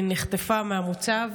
היא נחטפה מהמוצב